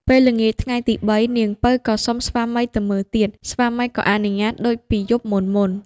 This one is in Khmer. ពេលល្ងាចថ្ងៃទី៣ នាងពៅក៏សុំស្វាមីទៅមើលទៀត ស្វាមីក៏អនុញ្ញាតដូចពីយប់មុនៗ។